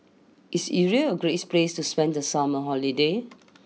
is Israel Grace place to spend the summer holiday